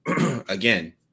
again